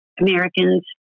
Americans